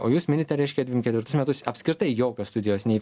o jūs minite reiškia dvim ketvirtus metus apskritai jokios studijos nei